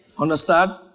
Understand